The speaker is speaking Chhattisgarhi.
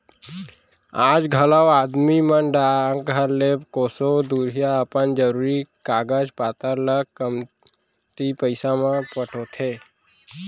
आज घलौ आदमी मन डाकघर ले कोसों दुरिहा अपन जरूरी कागज पातर ल कमती पइसा म पठोथें